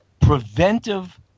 preventive